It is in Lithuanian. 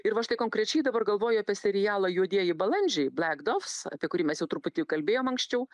ir va štai konkrečiai dabar galvoju apie serialą juodieji balandžiai blek dovs apie kurį mes jau truputį kalbėjom anksčiau